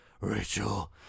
Rachel